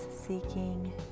seeking